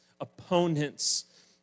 opponents